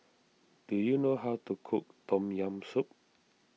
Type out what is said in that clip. do you know how to cook Tom Yam Soup